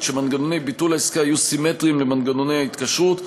שמנגנוני ביטול העסקה יהיו סימטריים למנגנוני ההתקשרות,